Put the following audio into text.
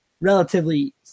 relatively